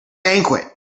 banquet